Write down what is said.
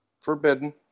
Forbidden